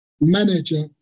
manager